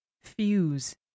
fuse